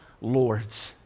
Lords